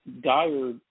dire